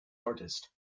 artist